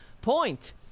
point